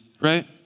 right